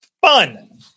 fun